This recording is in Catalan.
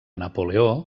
napoleó